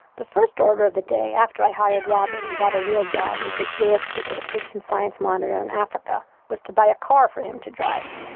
the first order of the day, after i hired robert, and got a real job, as the bureau chief of the christian science monitor in africa, was to buy a car for him to drive.